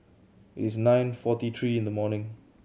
it is nine forty three in the morning